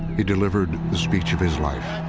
he delivered the speech of his life.